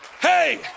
Hey